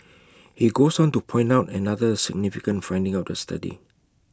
he goes on to point out another significant finding of the study